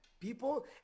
people